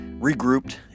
regrouped